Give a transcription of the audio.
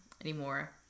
anymore